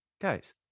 Guys